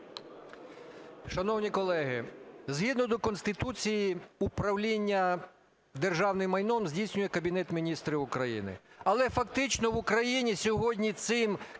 Шановні колеги! Згідно до Конституції управління державним майном здійснює Кабінет Міністрів України.